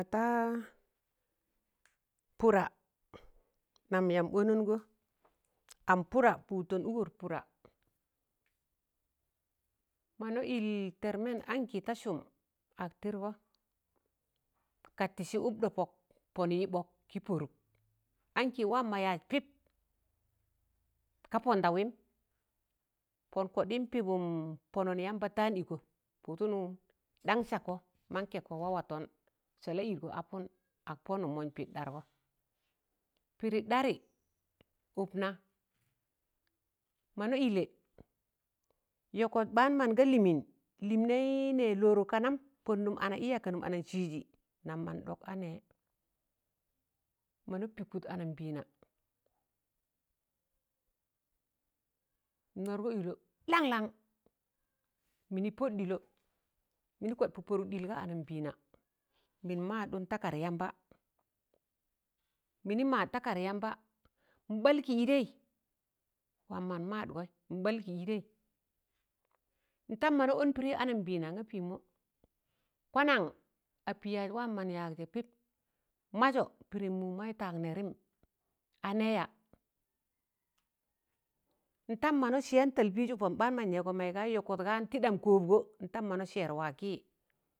taa pọda nam yam ọnọṇọ am pọda pụtụn wụgọr pụda mọna ịl tẹrmẹn ankị ta sụm ak tịdgọ ka tịsị ụk ɗọpọk pọn ịḅọk kị pọrụk ankị wam ma yas pịp ka pọndawịm, pọn kọdịm pịbụm pọnọn yamba taan ịkọ pụdụnụm ḍaṇ sakọ man kẹkọ wa watọn sala ịdgọ apụn ak pọnụ mọn pịd ɗargọ pịdị ɗaarị ụk naa mana ịlẹ yọkọt ɓ̣aan mọn ga lịmịịn lịmnẹị nẹ lọrọ ka nam pọn nụm a'na ịya ka nụm ana sịjị nam man ɗọk anẹẹ mọna pịkụd anambẹẹna mịn wargọ ịlọ laṇlaṇ mịnị pọd ɗịlọ mịnị kwad pọ pọdụk ɗịl ga anambẹẹna, mịn maadụn ta kakar yamba mịnị maad takar yamba, nɓal kịịdaị waam mọn mọdgọ nbal kị ịdẹị ntam mọna ụn pịdịị anambẹẹna n'ga pịmọ kwanaṇ apị yas wam mo̱n yag sẹ pịp majọ pịdịm mụmọ wai taag nẹrịm a nẹẹ yaa, n'tam mọna sịyan tẹl pịị zu pọn ɓ̣aan mọs nẹgọ mọs ga yokot gan tiḍam kọbgọ ntam mọna sẹr waa kịị